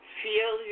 feel